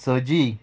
सजी